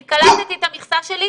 אני קלטתי את המכסה שלי,